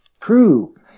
true